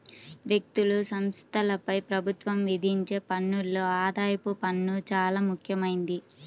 వ్యక్తులు, సంస్థలపై ప్రభుత్వం విధించే పన్నుల్లో ఆదాయపు పన్ను చానా ముఖ్యమైంది